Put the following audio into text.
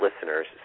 listeners